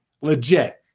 legit